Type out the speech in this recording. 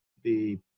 the